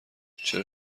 چرا